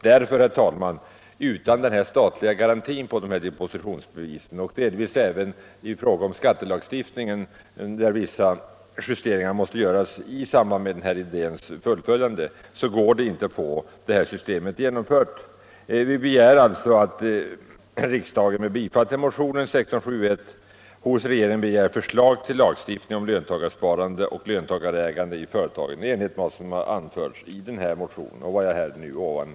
Det går inte, herr talman, att få detta system genomfört utan den statliga garantin på depositionsbevisen och utan vissa justeringar i fråga om skattelagstiftningen i samband med fullföljandet av det föreslagna systemet. Vi begär alltså att riksdagen med bifall till motionen 1671 hos regeringen begär förslag till lagstiftning om löntagarsparande och lönta garägande i företagen i enlighet med vad som anförts i motionen och vad jag nyss sagt.